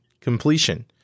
completion